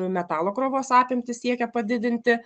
metalo krovos apimtis siekė padidinti